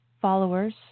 followers